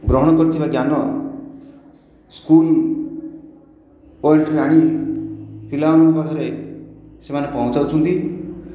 ଗ୍ରହଣ କରିଥିବା ଜ୍ଞାନ ସ୍କୁଲ ଠାରୁ ଆଣି ପିଲାମାନଙ୍କ ପାଖରେ ସେମାନେ ପହଁଞ୍ଚାଉଛନ୍ତି